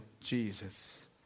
Jesus